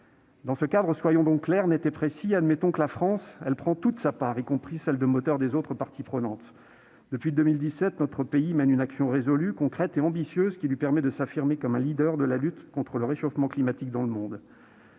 collective. Soyons donc clairs, nets et précis. Admettons que la France prend toute sa part dans la démarche, y compris en étant moteur des autres parties prenantes. Depuis 2017, elle mène une action résolue, concrète et ambitieuse, qui lui permet de s'affirmer comme un leader de la lutte contre le réchauffement climatique dans le monde.